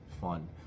fun